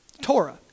Torah